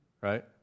Right